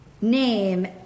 name